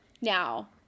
Now